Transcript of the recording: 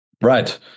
Right